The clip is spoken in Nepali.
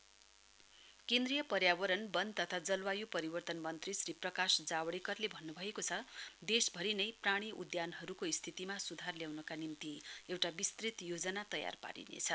वाइल्ड लाइफ विक केन्द्रीय पर्यावरण वन तथा जलवाय् परिवर्तन मन्त्री श्री प्रकाश जावडेकरले भन्नु भएको छ देशभरि नै प्राणी उद्यानहरूको स्थितिमा सुधार ल्याउनका निम्ति एउटा विस्तृत योजना तयार पारिनेछ